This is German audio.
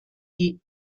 die